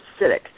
acidic